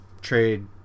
trade